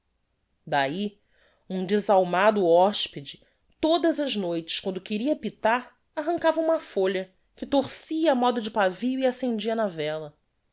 d'ahi um desalmado hospede todas as noites quando queria pitar arrancava uma folha que torcia á modo de pavio e accendia na vela